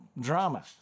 drama